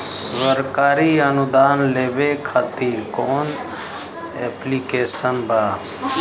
सरकारी अनुदान लेबे खातिर कवन ऐप्लिकेशन बा?